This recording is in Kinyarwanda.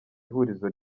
ihurizo